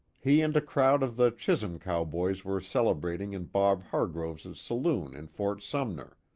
he and a crowd of the chisum cowboys were celebrating in bob hargroves' saloon in fort sumner.